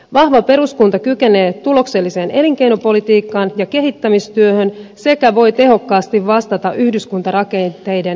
vahva peruskunta kykenee tulokselliseen elinkeinopolitiikkaan ja kehittämistyöhön sekä voi tehokkaasti vastata yhdyskuntarakenteiden hajautumiskehitykseen